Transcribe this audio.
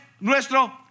nuestro